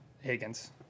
Higgins